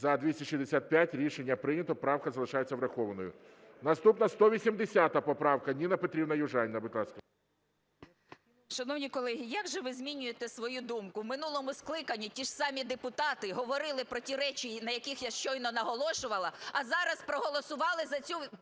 За-265 Рішення прийнято. Правка залишається врахованою. Наступна 180 поправка. Ніна Петрівна Южаніна, будь ласка.